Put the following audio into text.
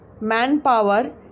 manpower